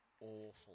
awful